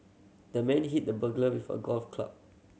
the man hit the burglar with a golf club